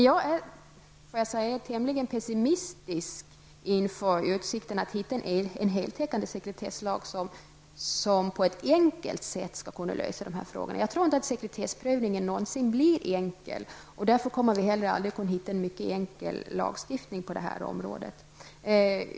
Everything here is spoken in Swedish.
Jag är tämligen pessimistisk inför utsikten att åstadkomma en heltäckande sekretesslag som på ett enkelt sätt skall kunna lösa dessa frågor. Jag tror inte att sekretessprövningen någonsin kommer att bli enkel. Därför kommer vi heller aldrig att kunna genomföra en mycket enkel lagstiftning på det här området.